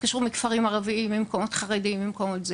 התקשרו מכפרים ערביים, ממקומות של חרדים וכולי.